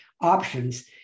options